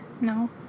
No